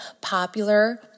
popular